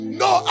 no